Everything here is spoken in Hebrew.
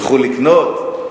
ילכו לקנות,